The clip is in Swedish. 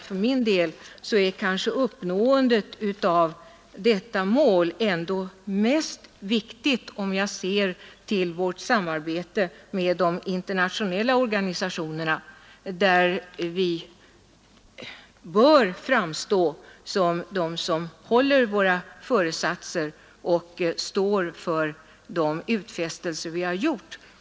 För min del är uppnåendet av enprocentsmålet kanske det mest viktiga, om jag ser till vårt samarbete med de internationella organisationerna, där vi bör framstå som ett av de länder som håller sina föresatser och står för de utfästelser vi har gjort.